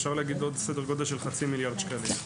אפשר להגיד עוד סדר גודל של חצי מיליארד שקלים.